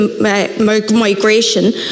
migration